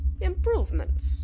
improvements